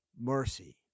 mercy